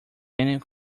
many